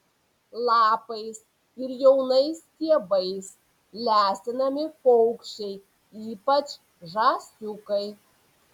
lapais ir jaunais stiebais lesinami paukščiai ypač žąsiukai